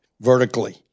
vertically